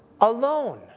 Alone